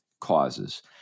causes